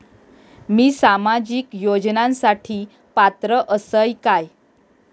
मी सामाजिक योजनांसाठी पात्र असय काय?